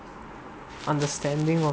understanding on